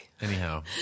Anyhow